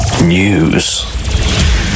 News